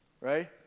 Right